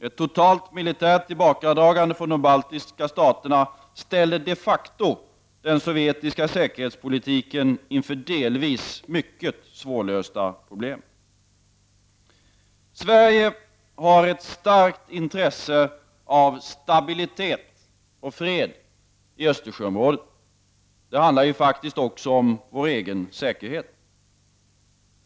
Ett totalt militärt tillbakadragande från de baltiska staterna ställer de facto den sovjetiska säkerhetspolitiken inför delvis mycket svårlösta problem. Sverige har ett starkt intresse av stabilitet och fred i Östersjöområdet. Det handlar ju faktiskt också om vår egen säkerhet.